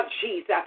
Jesus